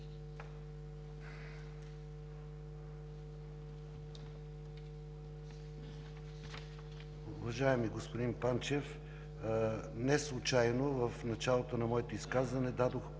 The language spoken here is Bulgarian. Уважаеми господин Панчев, неслучайно в началото на моето изказване дадох пълна